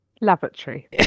lavatory